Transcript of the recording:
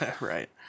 Right